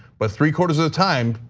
but three quarters of the time,